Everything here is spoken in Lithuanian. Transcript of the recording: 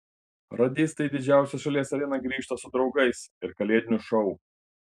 radistai į didžiausią šalies areną grįžta su draugais ir kalėdiniu šou